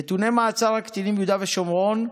נתוני מעצר הקטינים ביהודה ושומרון,